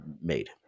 made